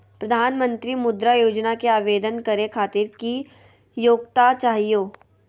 प्रधानमंत्री मुद्रा योजना के आवेदन करै खातिर की योग्यता चाहियो?